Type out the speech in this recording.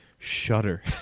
Shudder